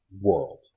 world